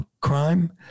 crime